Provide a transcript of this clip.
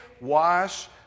Wash